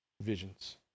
visions